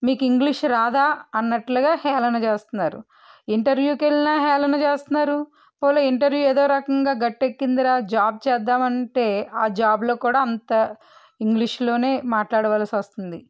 మీకు ఇంగ్లీష్ రాదా అన్నట్లుగా హేళన చేస్తున్నారు ఇంటర్వ్యూకెళ్ళినా హేళన చేస్తున్నారు పోనీ ఇంటర్వ్యూ ఏదో రకంగా గట్టెక్కిందిరా జాబ్ చేద్దామంటే ఆ జాబ్లో కూడా అంత ఇంగ్లీష్లోనే మాట్లాడవలిసొస్తుంది